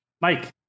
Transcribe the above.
Mike